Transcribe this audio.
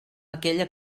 aquella